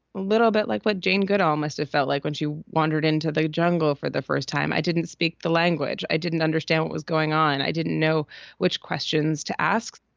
a little bit like what jane goodall must have felt like when she wandered into the jungle for the first time. i didn't speak the language. i didn't understand what was going on. i didn't know which questions to ask.